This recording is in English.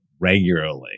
regularly